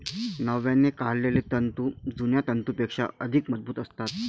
नव्याने काढलेले तंतू जुन्या तंतूंपेक्षा अधिक मजबूत असतात